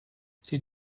sie